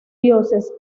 dioses